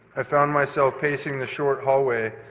i found myself pacing the short hallway,